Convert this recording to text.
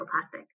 plastic